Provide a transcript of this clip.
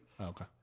Okay